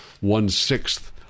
one-sixth